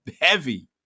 heavy